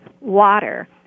water